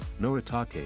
Noritake